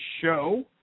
show